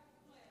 שלוש דקות